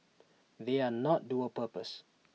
they are not dual purpose